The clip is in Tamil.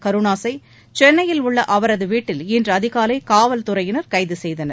கருணாசைசென்னையில் உள்ளஅவரதுவீட்டில் இன்றுஅதிகாலைகாவல்துறையினர் கைதுசெய்தனர்